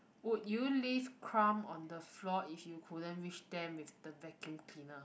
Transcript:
would you leave crumb on the floor if you couldn't reach them with the vacuum cleaner